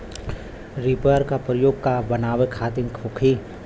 Reaper का प्रयोग का बनावे खातिन होखि?